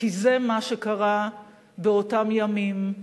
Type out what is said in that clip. כי זה מה שקרה באותם ימים,